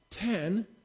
ten